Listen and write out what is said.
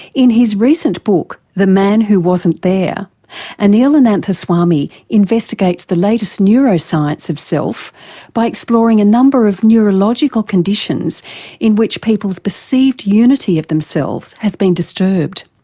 in his recent book the man who wasn't there and anil um ananathaswamy investigates the latest neuroscience of self by exploring a number of neurological conditions in which people's perceived unity of themselves has been disturbed.